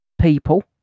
people